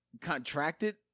contracted